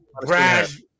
Brash